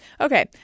Okay